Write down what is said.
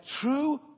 true